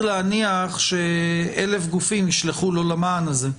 להניח ש-1,000 גופים ישלחו לו למען הזה.